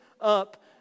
up